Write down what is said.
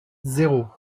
zéro